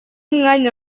umwanya